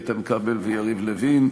איתן כבל ויריב לוין.